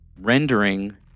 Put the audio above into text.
rendering